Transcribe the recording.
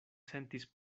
sentis